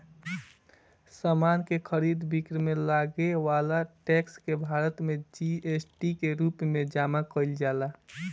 समान के खरीद बिक्री में लागे वाला टैक्स के भारत में जी.एस.टी के रूप में जमा कईल जाला